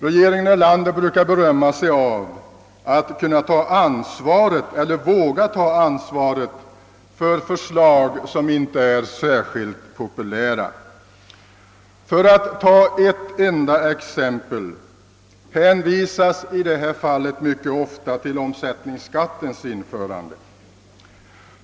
Regeringen Erlander brukar ju berömma sig av att våga ta ansvaret för förslag som inte är särskilt populära. Det hänvisas då mycket ofta till omsättningsskattens införande.